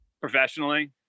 professionally